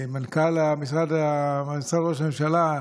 מנכ"ל משרד ראש הממשלה: